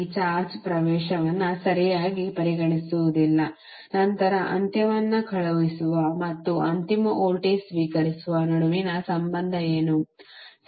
ಈ ಚಾರ್ಜ್ ಪ್ರವೇಶವನ್ನು ಸರಿಯಾಗಿ ಪರಿಗಣಿಸುವುದಿಲ್ಲ ನಂತರ ಅಂತ್ಯವನ್ನು ಕಳುಹಿಸುವ ಮತ್ತು ಅಂತಿಮ ವೋಲ್ಟೇಜ್ ಸ್ವೀಕರಿಸುವ ನಡುವಿನ ಸಂಬಂಧ ಏನು